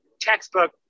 textbook